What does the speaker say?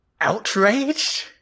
outraged